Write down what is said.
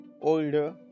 older